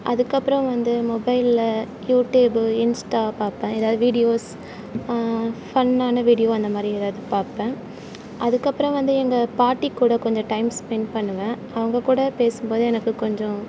அதுக்கப்புறோ வந்து மொபைலில் யூடியூப்பு இன்ஸ்டா பார்ப்பன் எதாவது வீடியோஸ் ஃபன்னான வீடியோ அந்த மாதிரி எதாவது பார்ப்பன் அதுக்கப்புறம் வந்து எங்கள் பாட்டிக்கூட கொஞ்ச டைம் ஸ்பென்ட் பண்ணுவேன் அவங்க கூட பேசும் போது எனக்கு கொஞ்ச